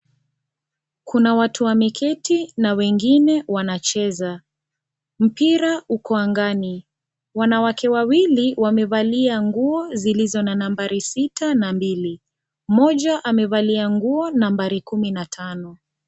Kuna watu wameketi na wengine wanacheza mpira uko angani . Wanawake wawili wamevalia nguo zilizo na nambari sita na mbili mmoja amevalia nguo nambari kumi na tano.